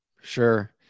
Sure